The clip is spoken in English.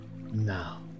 now